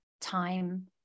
time